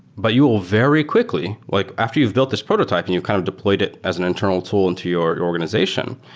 but you will very quickly like after you've built this prototype and you've kind of deployed it as an internal tool into your organization,